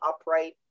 upright